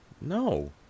No